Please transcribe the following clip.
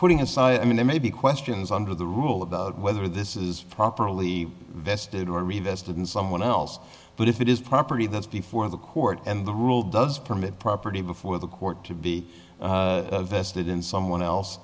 putting aside i mean there may be questions under the rule about whether this is properly vested or revisited in someone else but if it is property that's before the court and the rule does permit property before the court to be vested in someone else